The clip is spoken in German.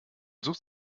sucht